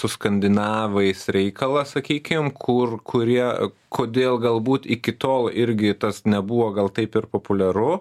su skandinavais reikalas sakykim kur kurie kodėl galbūt iki tol irgi tas nebuvo gal taip ir populiaru